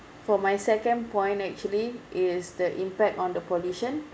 for my second point actually is the impact on the pollution